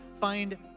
find